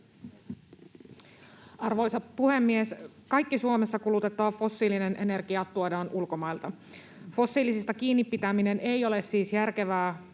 Arvoisa puhemies! Kaikki Suomessa kulutettava fossiilinen energia tuodaan ulkomailta. Fossiilisista kiinni pitäminen ei ole siis järkevää